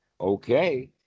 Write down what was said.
okay